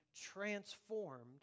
transformed